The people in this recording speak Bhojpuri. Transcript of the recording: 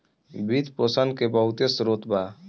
वित्त पोषण के बहुते स्रोत बा